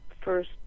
first